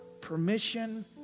permission